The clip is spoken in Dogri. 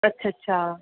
अच्छा अच्छा